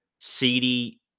Seedy